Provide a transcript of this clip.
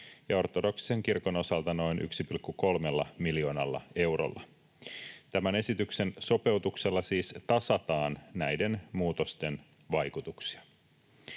ja ortodoksisen kirkon osalta noin 1,3 miljoonalla eurolla. Tämän esityksen sopeutuksella siis tasataan näiden muutosten vaikutuksia.